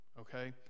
okay